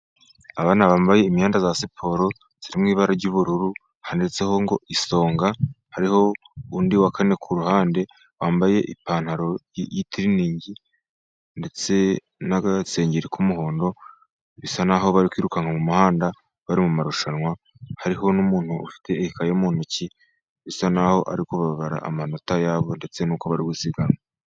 Abana bambaye imyenda ya siporo iri mu ibara ry'ubururu, handitseho ngo Isonga. Hariho undi wa kane ku ruhande wambaye ipantaro y'itiriningi ndetse n'agasengeri k'umuhondo. Bisa n'aho bari kwirukanka mu muhanda bari mu marushanwa. Hariho n'umuntu ufite ikaye yo mu ntoki bisa n'aho ari kubara amanota yabo ndetse nuko bari gusiganwa.